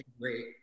great